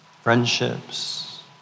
Friendships